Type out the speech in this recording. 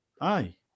Aye